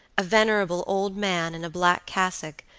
a venerable old man, in a black cassock,